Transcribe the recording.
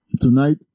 Tonight